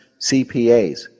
CPAs